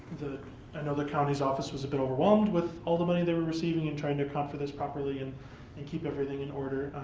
the and the county's office was a bit overwhelmed with all the money they were receiving and trying to account for this properly and and keep everything in order,